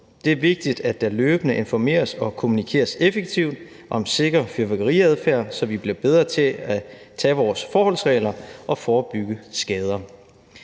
Det er vigtigt, at der løbende informeres og kommunikeres effektivt om sikker fyrværkeriadfærd, så vi bliver bedre til at tage vores forholdsregler og forebygge skader.